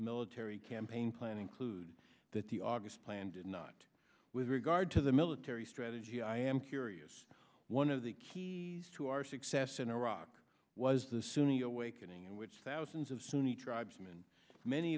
military campaign plan include that the august plan did not with regard to the military strategy i am curious one of the key to our success in iraq was the sunni awakening in which thousands of sunni tribesmen many